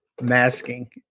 masking